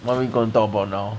what we gonna talk about now